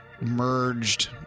merged